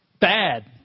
bad